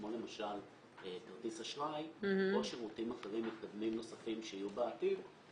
כמו למשל כרטיס אשראי או שירותים אחרים מתקדמים נוספים שיהיו בעתיד,